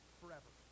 forever